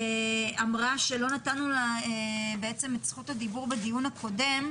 שאמרה שלא נתנו לה בעצם את זכות הדיבור בדיון הקודם.